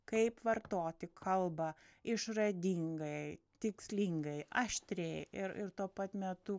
kaip vartoti kalbą išradingai tikslingai aštriai ir ir tuo pat metu